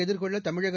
எதிர்கொள்ள தமிழக